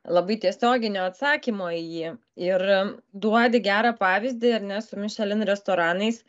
labai tiesioginio atsakymo į jį ir duodi gerą pavyzdį ar ne su mišelin restoranais